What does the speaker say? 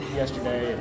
yesterday